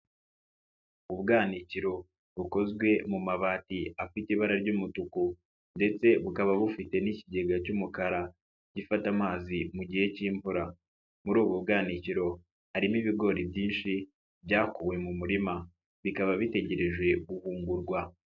Ubwanakiro bukozwe mu mabati afite ibara ry'umutuku ndetse bukaba bufite n'ikigega cy'umukara gifata amazi mu gihe cy'imvura, muri ubu bwanikiro harimo ibigori byinshi, byakuwe mu murima, bikaba bitegereje guhurwa